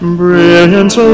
brilliant